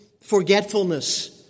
forgetfulness